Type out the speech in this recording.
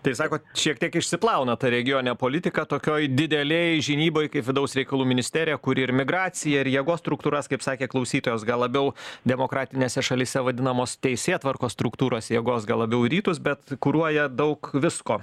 tai sakot šiek tiek išsiplauna ta regioninė politika tokioj didelėj žinyboj kaip vidaus reikalų ministerija kuri ir migraciją ir jėgos struktūras kaip sakė klausytojas gal labiau demokratinėse šalyse vadinamos teisėtvarkos struktūros jėgos gal labiau į rytus bet kuruoja daug visko